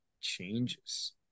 changes